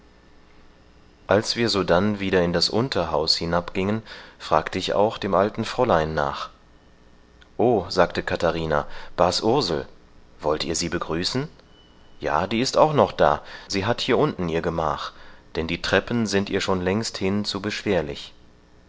als wir sodann wieder in das unterhaus hinabgingen fragte ich auch dem alten fräulein nach oh sagte katharina bas ursel wollt ihr sie begrüßen ja die ist auch noch da sie hat hier unten ihr gemach denn die treppen sind ihr schon längsthin zu beschwerlich